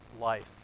life